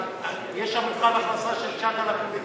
יש שם מבחן הכנסה של 9,090 שקל,